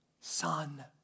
Son